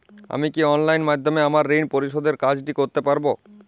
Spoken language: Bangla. আমি কি অনলাইন মাধ্যমে আমার ঋণ পরিশোধের কাজটি করতে পারব?